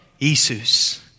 Jesus